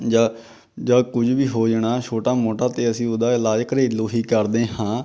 ਜਾਂ ਜਾਂ ਕੁਝ ਵੀ ਹੋ ਜਾਣਾ ਛੋਟਾ ਮੋਟਾ ਤਾਂ ਅਸੀਂ ਉਹਦਾ ਇਲਾਜ ਘਰੇਲੂ ਹੀ ਕਰਦੇ ਹਾਂ